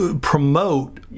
promote